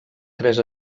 tres